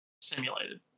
simulated